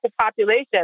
population